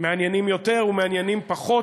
מעניינים יותר ומעניינים פחות,